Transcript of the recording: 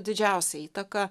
didžiausią įtaką